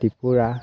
Tripura